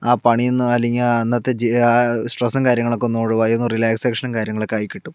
ആ പണിയിൽ നിന്ന് അല്ലെങ്കിൽ അന്നത്തെ ആ സ്ട്രെസും കാര്യങ്ങളും ഒക്കെ ഒന്ന് ഒഴിവായി ഒന്ന് റിലാക്സേഷനും കാര്യങ്ങളും ഒക്കെ ആയി കിട്ടും